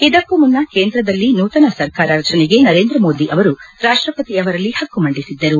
ಇದಕ್ಕೂ ಮುನ್ನ ಕೇಂದ್ರದಲ್ಲಿ ನೂತನ ಸರಕಾರ ರಚನೆಗೆ ನರೇಂದ್ರ ಮೋದಿ ಅವರು ರಾಷ್ಲಪತಿ ಅವರಲ್ಲಿ ಹಕ್ಕು ಮಂಡಿಸಿದ್ದರು